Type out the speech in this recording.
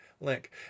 Link